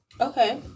Okay